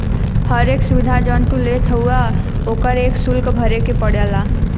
हर एक सुविधा जौन तू लेत हउवा ओकर एक सुल्क भरे के पड़ला